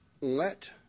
let